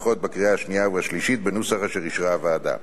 החוק בקריאה השנייה והשלישית בנוסח אשר אישרה הוועדה.